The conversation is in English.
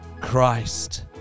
Christ